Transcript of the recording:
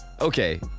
Okay